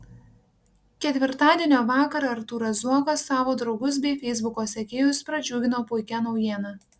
ketvirtadienio vakarą artūras zuokas savo draugus bei feisbuko sekėjus pradžiugino puikia naujiena